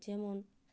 ᱡᱮᱢᱚᱱ